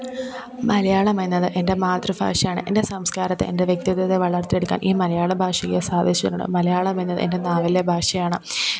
മലയാളമെന്നത് എന്റെ മാതൃഭാഷയാണ് എന്റെ സംസ്കാരത്തെ എന്റെ വ്യക്തിത്വത്തെ വളർത്തിയെടുക്കാൻ ഈ മലയാള ഭാഷയ്ക്ക് സാധിച്ചിട്ടുണ്ട് മലയാളം എന്നത് എന്റെ നാവിലെ ഭാഷയാണ്